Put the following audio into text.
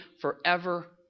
forever